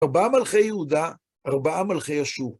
ארבעה מלכי יהודה, ארבעה מלכי אשור.